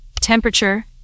temperature